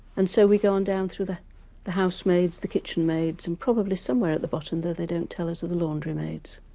and so, we go on down through the the housemaids, the kitchen maids and probably somewhere at the bottom, though they don't tell us, are the laundry maids,